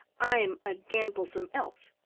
i'm a gamblesome elf.